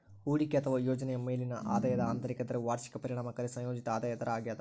ಹೂಡಿಕೆ ಅಥವಾ ಯೋಜನೆಯ ಮೇಲಿನ ಆದಾಯದ ಆಂತರಿಕ ದರವು ವಾರ್ಷಿಕ ಪರಿಣಾಮಕಾರಿ ಸಂಯೋಜಿತ ಆದಾಯ ದರ ಆಗ್ಯದ